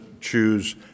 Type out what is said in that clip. choose